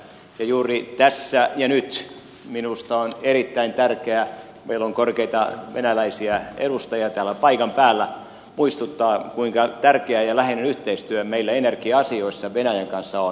juuri tässä ja nyt minusta on erittäin tärkeää meillä on korkeita venäläisiä edustajia täällä paikan päällä muistuttaa kuinka tärkeä ja läheinen yhteistyö meillä energia asioissa venäjän kanssa on